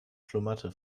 schlummerte